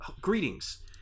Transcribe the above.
Greetings